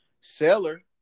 seller